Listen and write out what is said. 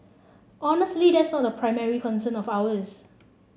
honestly that's not a primary concern of ours